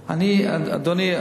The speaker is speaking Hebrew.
אדוני,